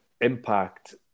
impact